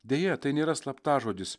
deja tai nėra slaptažodis